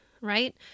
right